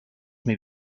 may